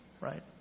right